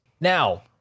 now